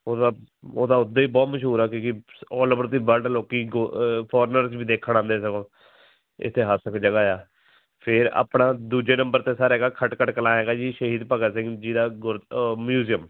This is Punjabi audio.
ਉਹ ਤਾ ਉਹ ਤਾ ਉੱਦਾਂ ਹੀ ਬਹੁਤ ਮਸ਼ਹੂਰ ਆ ਕਿਉਂਕਿ ਔਲ ਓਵਰ ਦ ਵਲਡ ਲੋਕੀ ਫੋਰਨਰ 'ਚੋਂ ਵੀ ਦੇਖਣ ਆਉਂਦੇ ਸਗੋਂ ਇਤਿਹਾਸਕ ਜਗ੍ਹਾ ਹੈ ਫਿਰ ਆਪਣਾ ਦੂਜੇ ਨੰਬਰ 'ਤੇ ਸਰ ਹੈਗਾ ਖਟਕੜ ਕਲਾਂ ਹੈਗਾ ਜੀ ਸ਼ਹੀਦ ਭਗਤ ਸਿੰਘ ਜੀ ਦਾ ਘਰ ਓ ਮਿਊਜ਼ੀਅਮ